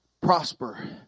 prosper